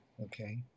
Okay